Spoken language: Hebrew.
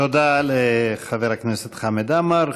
תודה לחבר הכנסת חמד עמאר.